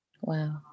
Wow